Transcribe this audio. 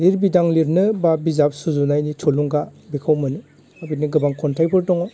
लिरबिदां लिरनो बा बिजाब सुजुनायनि थुलुंगा बेखौ मोनो बेनि गोबां खन्थाइफोर दङ